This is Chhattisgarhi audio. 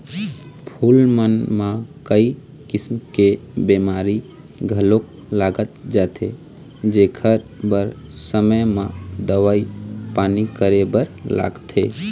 फूल मन म कइ किसम के बेमारी घलोक लाग जाथे जेखर बर समे म दवई पानी करे बर लागथे